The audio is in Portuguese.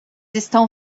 estão